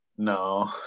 No